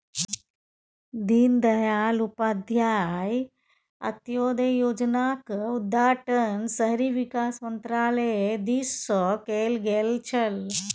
दीनदयाल उपाध्याय अंत्योदय योजनाक उद्घाटन शहरी विकास मन्त्रालय दिससँ कैल गेल छल